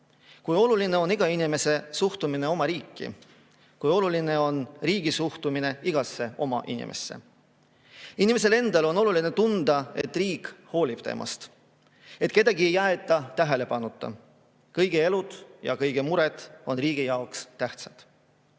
kui oluline on iga inimese suhtumine oma riiki, kui oluline on riigi suhtumine igasse oma inimesse. Inimesel on oluline tunda, et riik hoolib temast, et kedagi ei jäeta tähelepanuta, kõigi elud ja kõigi mured on riigi jaoks tähtsad.